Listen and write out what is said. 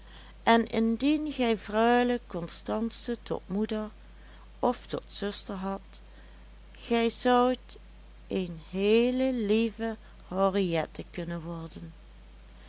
en indien gij freule constance tot moeder of tot zuster hadt gij zoudt een heele lieve henriette kunnen worden